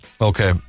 Okay